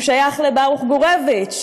הוא שייך לברוך גורביץ,